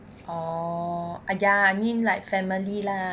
orh !aiya! I mean like family lah